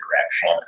direction